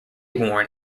worn